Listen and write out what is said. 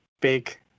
big